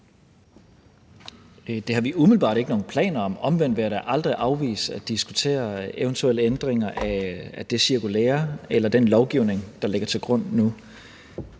Det har vi umiddelbart ikke nogen planer om. Omvendt vil jeg da aldrig afvise at diskutere eventuelle ændringer af det cirkulære eller den lovgivning, der ligger til grund nu.